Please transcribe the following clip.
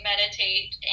meditate